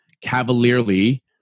cavalierly